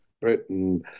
Britain